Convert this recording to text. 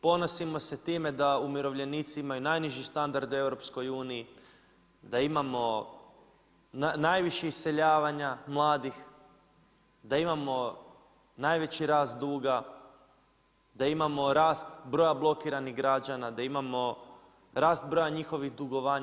Ponosimo se time da umirovljenici imaju najniže standarde u EU, da imamo najviše iseljavanja mladih, da imamo najveći rast duga, da imamo rast broja blokiranih građana, da imamo, rast njihovih dugovanja